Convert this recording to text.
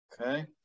Okay